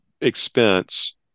expense